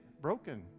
Broken